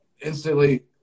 instantly